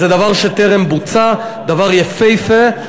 זה דבר שטרם בוצע, דבר יפהפה.